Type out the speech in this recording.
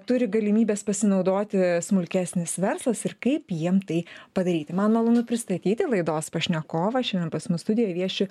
turi galimybes pasinaudoti smulkesnis verslas ir kaip jiem tai padaryti man malonu pristatyti laidos pašnekovą šiandien pas mus studijoje vieši